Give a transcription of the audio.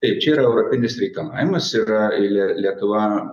taip čia yra europinis reikalavimas yra eilė lietuva